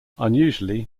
unusually